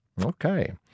Okay